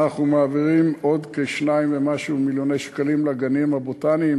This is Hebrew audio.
אנחנו מעבירים עוד כ-2 ומשהו מיליון שקלים לגנים הבוטניים.